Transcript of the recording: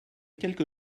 quelque